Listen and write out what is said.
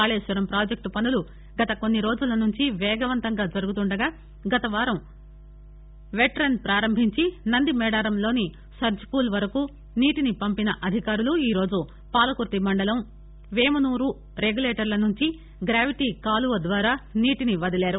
కాళేశ్వరం ప్రాజెక్లు పనులు గత కొన్ని రోజుల నుండి వేగంగా జరుగుతుండగా గతవారం వెట్ రస్ ప్రారంబించి నందిమేడారం లోని సర్జిపూల్ వరకు నీటిని పంపిన అదికారులు ఈరోజు పాలకుర్తి మండలం వేమునూరు రెగ్యూలేటర్ల నుంచి గ్రావిటీ కాలువ ద్వారా నీటిని వదిలారు